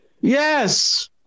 yes